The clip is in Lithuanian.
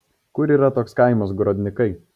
kur yra toks kaimas grodnikai